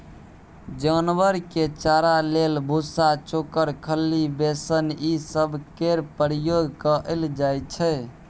जानवर के चारा लेल भुस्सा, चोकर, खल्ली, बेसन ई सब केर उपयोग कएल जाइ छै